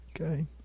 Okay